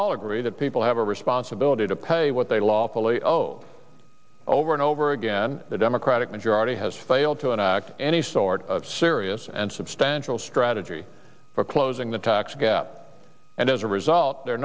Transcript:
all agree that people have a responsible did a pay what they lawfully owe over and over again the democratic majority has failed to enact any sort of serious and substantial strategy for closing the tax gap and as a result their